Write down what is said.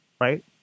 right